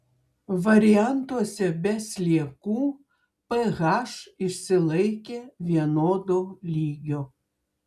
variantuose be sliekų ph išsilaikė vienodo lygio